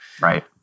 right